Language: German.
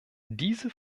diese